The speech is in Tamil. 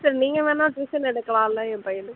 சார் நீங்கள் வேணா டியூஷன் எடுக்கலாம்ல என் பையனுக்கு